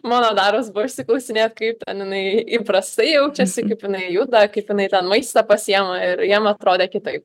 mano darbas buvo išsiklausinėt kaip ten jinai įprastai jaučiasi kaip jinai juda kaip jinai tą maistą pasiėma ir jiem atrodė kitaip